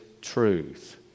truth